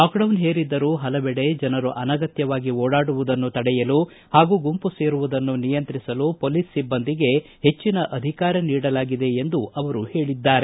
lockdown ಹೇರಿದ್ದರೂ ಪಲವೆಡೆ ಜನರು ಅನಗತ್ಭವಾಗಿ ಓಡಾಡುವುದನ್ನು ತಡೆಯಲು ಹಾಗೂ ಗುಂಪು ಸೇರುವುದನ್ನು ನಿಯಂತ್ರಿಸಲು ಪೊಲೀಸ್ ಸಿಬ್ಬಂದಿಗೆ ಹೆಚ್ಚಿನ ಅಧಿಕಾರ ನೀಡಲಾಗಿದೆ ಎಂದು ಅವರು ಹೇಳದ್ದಾರೆ